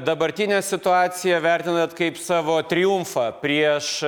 dabartinę situaciją vertinat kaip savo triumfą prieš